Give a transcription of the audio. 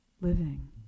living